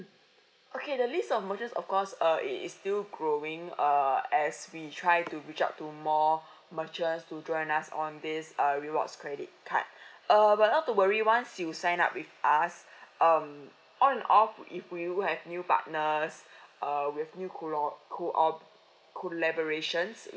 okay the list of merchant of course uh it is still growing err as we try to reach out to more merchants to join us on this uh rewards credit card err not to worry once you signed up with us um on and off if we would like new partner uh with new collo~ collob~ collaboration